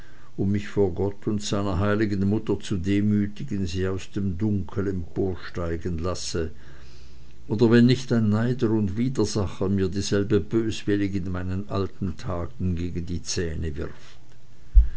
um mich vor gott und seiner heiligen mutter zu demütigen sie aus dem dunkel emporsteigen lasse oder wenn nicht ein neider und widersacher mir dieselbe böswillig in meinen alten tagen gegen die zähne wird